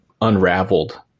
unraveled